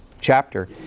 chapter